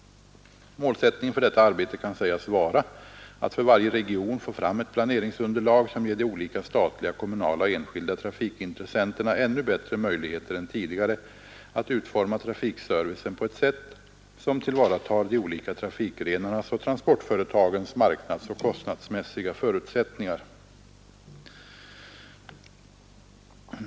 Målsättningen för detta arbete kan sägas vara att för varje region få fram ett planeringsunderlag, som ger de olika statliga, kommunala och enskilda trafikintressena ännu bättre möjligheter än tidigare att utforma trafikservicen på ett sätt som tillvaratar de olika trafikgrenarnas och transportföretagens marknadsoch kostnadsmässiga förutsättningar.